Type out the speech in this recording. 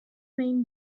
main